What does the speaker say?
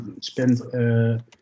spend